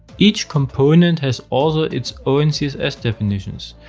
each component has also its own css definitions.